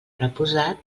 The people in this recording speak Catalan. reposat